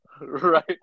Right